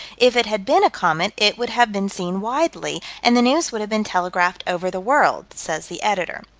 if it had been a comet, it would have been seen widely, and the news would have been telegraphed over the world, says the editor.